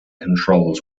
controls